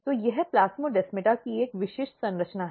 तो यह प्लास्मोडेस्माता की एक विशिष्ट संरचना है